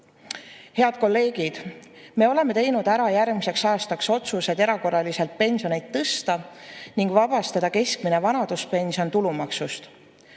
Head kolleegid! Me oleme teinud ära järgmiseks aastaks otsused erakorraliselt pensione tõsta ning vabastada keskmine vanaduspension tulumaksust.